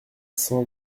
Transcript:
cent